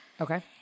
Okay